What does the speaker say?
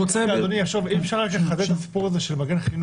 אדוני, אם אפשר רק לחדד את הסיפור של מגן חינוך.